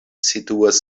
situas